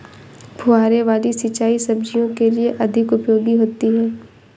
फुहारे वाली सिंचाई सब्जियों के लिए अधिक उपयोगी होती है?